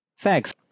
Thanks